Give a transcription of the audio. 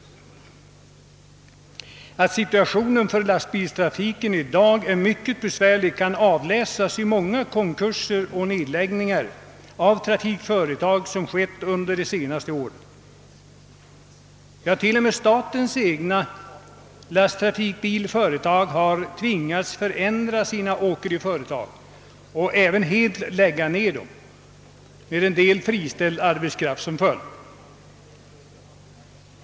Att situationen för lastbilstrafiken är mycket besvärlig kan avläsas i många konkurser och nedläggningar av trafikföretag under de senaste åren. T. o. m. statens egna lastbilsföretag har tvingats till ändringar eller nedläggningar, som haft till följd att en del arbetskraft har blivit friställd.